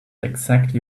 exactly